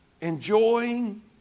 enjoying